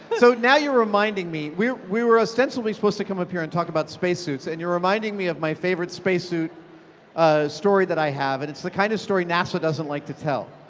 so now you're reminding me, we we were ostensibly supposed to come up here and talk about spacesuits, and you're reminding me of my favorite spacesuit ah story that i have, and it's the kind of story nasa doesn't like to tell.